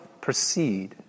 proceed